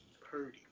Purdy